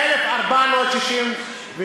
1,468,